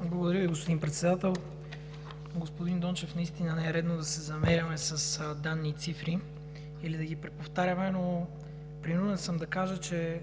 Благодаря Ви, господин Председател. Господин Дончев, наистина не е редно да се замеряме с данни и цифри или да ги преповтаряме, но принуден съм да кажа, че